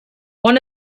one